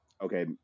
okay